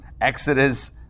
Exodus